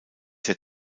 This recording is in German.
der